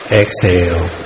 exhale